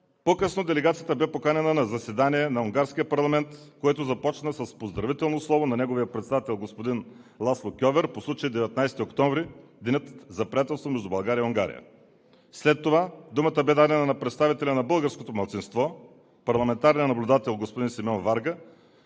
По-късно делегацията бе поканена на заседание на унгарския парламент, което започна с поздравително слово на неговия председател господин Ласло Кьовер по случай 19 октомври – Денят за приятелство между България и Унгария. След това думата бе дадена на представителя на българското малцинство и на парламентарния наблюдател господин Симеон Варга,